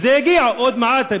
וזה יגיע עוד מעט,